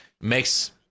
makes